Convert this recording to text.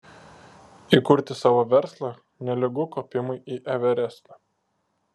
įkurti savo verslą nelygu kopimui į everestą